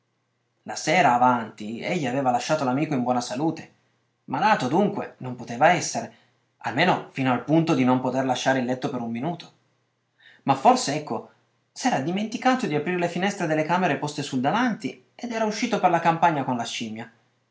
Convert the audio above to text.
la sera avanti egli aveva lasciato l'amico in buona salute malato dunque non poteva essere almeno fino al punto di non poter lasciare il letto per un minuto ma forse ecco s'era dimenticato di aprir le finestre delle camere poste sul davanti ed era uscito per la campagna con la scimmia